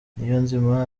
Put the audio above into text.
niyonzima